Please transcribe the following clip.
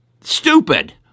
stupid